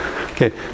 Okay